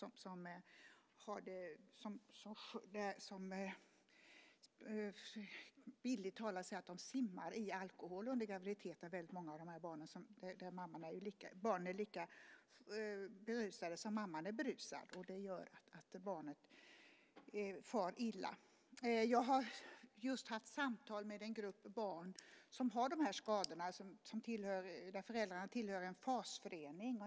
Många av de här barnen simmar bildligt talat i alkohol under graviditeten. Barnen är lika berusade som mamman är berusad. Det gör att barnen far illa. Jag har just haft samtal med en grupp barn som har de här skadorna och vars föräldrar tillhör en FAS-förening.